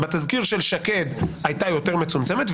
בתזכיר של שקד היא הייתה יותר מצומצמת,